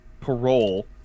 Parole